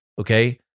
Okay